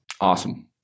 Awesome